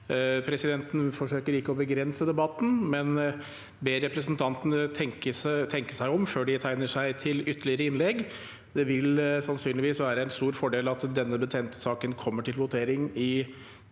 Presidenten forsøker ikke å begrense debatten, men ber representantene tenke seg om før de tegner seg til ytterligere innlegg. Det vil sannsynligvis være en stor fordel at denne betente saken kommer til votering i